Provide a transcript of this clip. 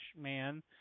man